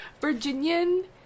Virginian